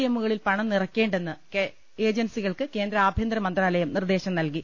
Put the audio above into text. എമ്മുകളിൽ പണം നിറയ്ക്കേണ്ടെന്ന് ഏജൻസികൾക്ക് കേന്ദ്ര ആഭൃന്തര മന്ത്രാലയം നിർദേശം നൽകി